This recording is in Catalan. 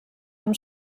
amb